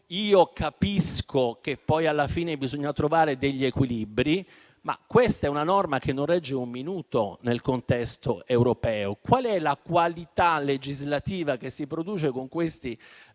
Capisco che poi alla fine bisogna trovare degli equilibri, ma questa è una norma che non regge un minuto nel contesto europeo. Qual è la qualità legislativa che si produce con questi decreti